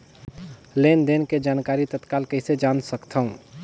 लेन देन के जानकारी तत्काल कइसे जान सकथव?